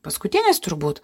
paskutinis turbūt